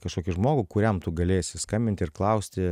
kažkokį žmogų kuriam tu galėsi skambinti ir klausti